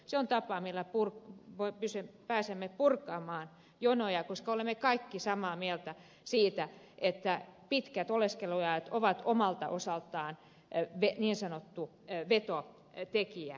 se on tapa millä pääsemme purkamaan jonoja koska olemme kaikki samaa mieltä siitä että pitkät oleskeluajat ovat omalta osaltaan niin sanottu vetotekijä